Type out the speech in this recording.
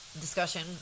discussion